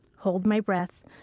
hold my breath.